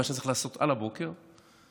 מה שצריך לעשות הוא לנסוע על הבוקר ללוד,